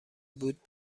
بود